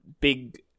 big